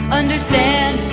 understand